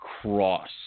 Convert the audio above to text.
cross